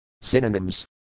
synonyms